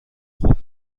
خوب